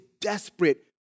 desperate